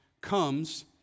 comes